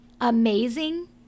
amazing